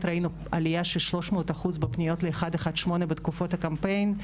ראינו עלייה של 300% בפניות ל-118 בתקופות הקמפיין,